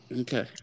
Okay